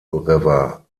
river